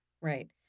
Right